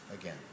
again